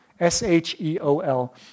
S-H-E-O-L